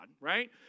Right